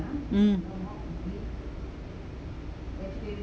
mm